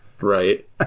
Right